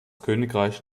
königreich